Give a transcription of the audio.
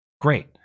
Great